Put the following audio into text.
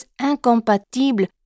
incompatibles